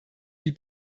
wie